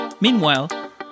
Meanwhile